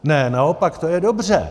Ne, naopak to je dobře.